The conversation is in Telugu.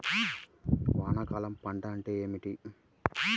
వానాకాలం పంట అంటే ఏమిటి?